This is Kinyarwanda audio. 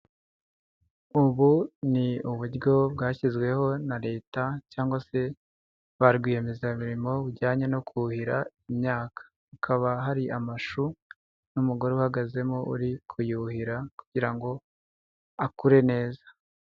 Ubu ni uburyo bwashyizweho na leta cyangwa se, ba rwiyemezamirimo bujyanye no kuhira imyaka. Hakaba hari amashu, n'umugore uhagazemo uri kuyuhira, kugira ngo akure neza.